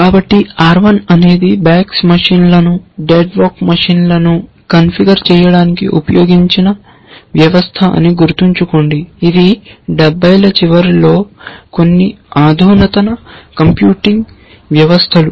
కాబట్టి R1 అనేది VAX మెషీన్లను డెక్ వాక్ మెషీన్లను కాన్ఫిగర్ చేయడానికి ఉపయోగించిన వ్యవస్థ అని గుర్తుంచుకోండి ఇది 70 ల చివరిలో కొన్ని అధునాతన కంప్యూటింగ్ వ్యవస్థలు